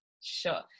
Sure